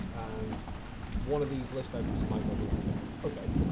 and one of these list items might overlap it. ok.